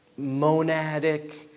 monadic